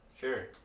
sure